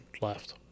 left